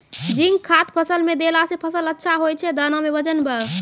zinc खाद फ़सल मे देला से फ़सल अच्छा होय छै दाना मे वजन ब